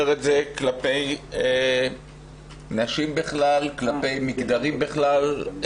את זה כלפי נשים בכלל וכלפי מגזרים בכלל.